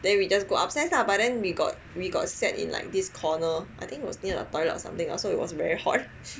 then we just go upstairs lah but then we got we got sat in like this corner I think was near a toilet or something lah so it was very hot